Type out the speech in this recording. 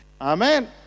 Amen